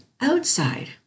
outside